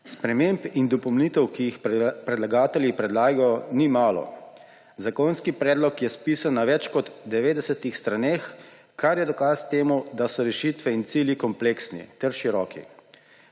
Sprememb in dopolnitev, ki jih predlagatelji predlagajo, ni malo. Zakonski predlog je spisan na več kot 90 straneh, kar je dokaz temu, da so rešitve in cilji kompleksni ter široki.